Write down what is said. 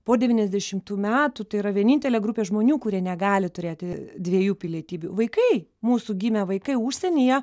po devyniasdešimtų metų tai yra vienintelė grupė žmonių kurie negali turėti dviejų pilietybių vaikai mūsų gimę vaikai užsienyje